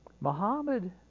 Muhammad